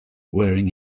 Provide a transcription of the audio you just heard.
wearing